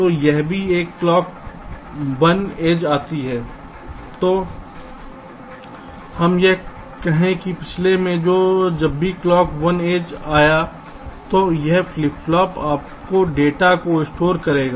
तो जब भी यह क्लॉक 1 एज आती है तो हम यह कहें कि पिछला में जब भी क्लॉक 1 एज आए तो यह फ्लिप फ्लॉप आपके डेटा को स्टोर करेगा